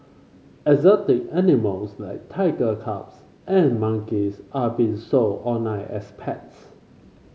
exotic animals like tiger cubs and monkeys are being sold online as pets